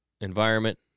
environment